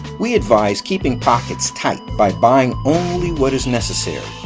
we advise keeping pockets tight by buying only what is necessary.